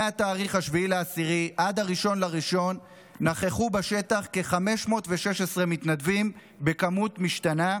מ-7 באוקטובר עד 1 בינואר נכחו בשטח כ-516 מתנדבים במספר משתנה.